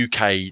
UK